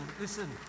listen